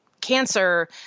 cancer